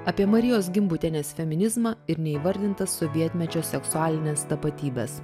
apie marijos gimbutienės feminizmą ir neįvardintas sovietmečio seksualines tapatybes